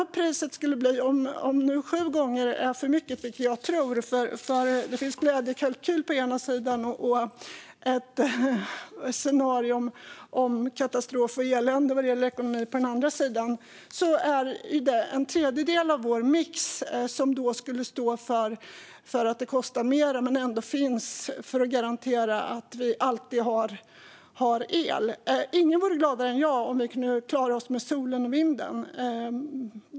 Om priset är sju gånger för högt, vilket jag tycker, så finns det å ena sidan en glädjekalkyl, men å den andra sidan innebär scenariot katastrof och elände för ekonomin. En tredjedel av vår mix skulle stå för den högre kostnaden men ändå garantera att det alltid finns el. Ingen vore gladare än jag om vi kunde klara oss med sol och vind.